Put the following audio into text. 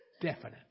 definite